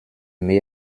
mai